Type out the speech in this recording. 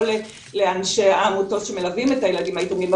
לא לאנשי העמותות שמלווים את הילדים היתומים.